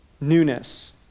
newness